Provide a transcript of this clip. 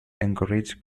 encourage